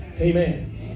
Amen